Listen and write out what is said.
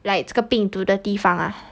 like 这个病毒的地方啊